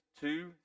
two